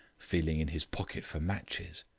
feeling in his pocket for matches.